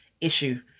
issue